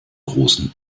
großen